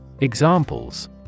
Examples